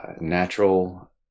natural